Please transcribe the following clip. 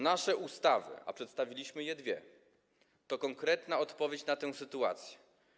Nasze ustawy - a przedstawiliśmy dwie - to konkretna odpowiedź na tę sytuację.